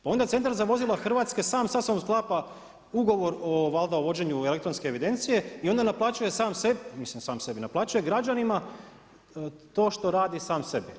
Pa onda Centar za vozila Hrvatske sam sa sobom sklapa ugovor o valjda vođenju elektronske evidencije i onda naplaćuje sam sebi, mislim sam sebi, naplaćuje građanima to što radi sam sebi.